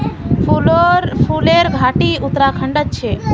फूलेर घाटी उत्तराखंडत छे